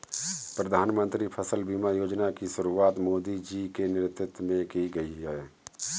प्रधानमंत्री फसल बीमा योजना की शुरुआत मोदी जी के नेतृत्व में की गई है